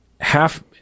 half